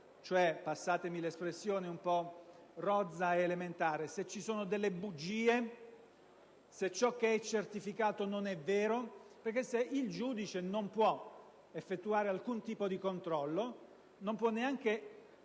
passatemi l'espressione un po' rozza ed elementare - se ci sono delle bugie, se ciò che attesta il certificato non è vero? Infatti, se il giudice non può effettuare alcun tipo di controllo, non può neanche